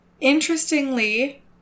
interestingly